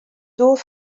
doar